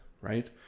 right